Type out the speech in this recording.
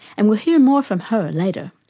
and we'll hear more from her later.